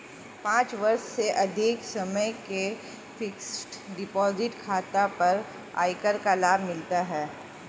पाँच वर्ष से अधिक समय के फ़िक्स्ड डिपॉज़िट खाता पर आयकर का लाभ मिलता है